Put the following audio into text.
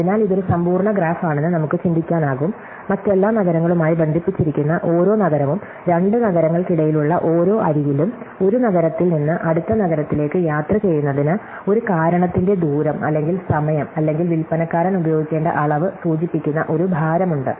അതിനാൽ ഇത് ഒരു സമ്പൂർണ്ണ ഗ്രാഫ് ആണെന്ന് നമുക്ക് ചിന്തിക്കാനാകും മറ്റെല്ലാ നഗരങ്ങളുമായി ബന്ധിപ്പിച്ചിരിക്കുന്ന ഓരോ നഗരവും രണ്ട് നഗരങ്ങൾക്കിടയിലുള്ള ഓരോ അരികിലും ഒരു നഗരത്തിൽ നിന്ന് അടുത്ത നഗരത്തിലേക്ക് യാത്ര ചെയ്യുന്നതിന് ഒരു കാരണത്തിന്റെ ദൂരം അല്ലെങ്കിൽ സമയം അല്ലെങ്കിൽ വിൽപ്പനക്കാരൻ ഉപയോഗിക്കേണ്ട അളവ് സൂചിപ്പിക്കുന്ന ഒരു ഭാരം ഉണ്ട്